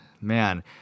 Man